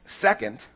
Second